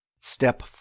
Step